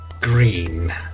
green